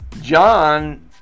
John